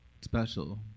special